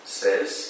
says